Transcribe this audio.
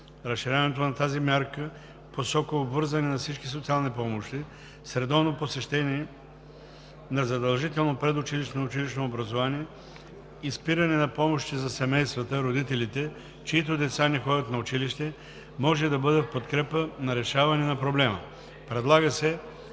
Разширяването на тази мярка в посока обвързване на всички социални помощи с редовно посещаване на задължително предучилищно и училищно образование и спиране на помощите за семействата (родителите), чиито деца не ходят на училище, може да бъде в подкрепа на решаване на проблема. Предлага се